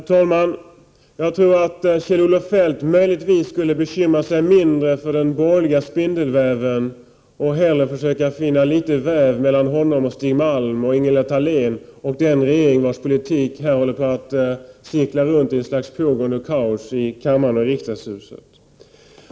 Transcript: Herr talman! Jag tror att Kjell-Olof Feldt möjligtvis borde bekymra sig mindre för den borgerliga spindelväven och hellre försöka finna litet väv som binder honom samman med Stig Malm, Ingela Thalén och den regering vars politik här håller på att cirkla runt i ett slags kaos i kammaren och i riksdagshuset.